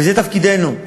וזה תפקידנו.